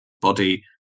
body